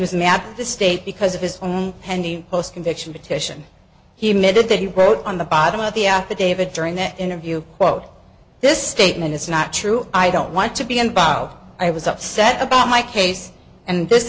at the state because of his own pending post conviction petition he admitted that he wrote on the bottom of the affidavit during that interview quote this statement is not true i don't want to be involved i was upset about my case and this